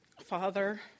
father